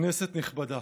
כנסת נכבדה,